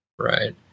Right